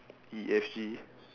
E F G